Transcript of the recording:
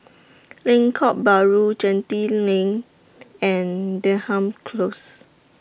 Lengkok Bahru Genting LINK and Denham Close